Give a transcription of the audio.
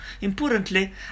Importantly